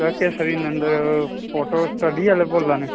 sir Kesari Nandan photo studio आह्ले बोल्ला ने